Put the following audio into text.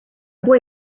boy